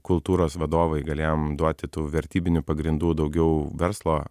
kultūros vadovai galėjom duoti tų vertybinių pagrindų daugiau verslo